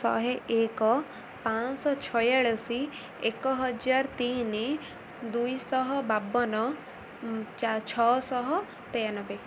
ଶହେ ଏକ ପାଞ୍ଚଶହ ଛୟାଳିଶ ଏକ ହଜାର ତିନି ଦୁଇଶହ ବାବନ ଛଅଶହ ତେୟାନବେ